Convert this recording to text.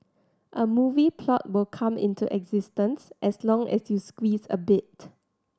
a movie plot will come into existence as long as you squeeze a bit